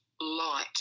light